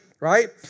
right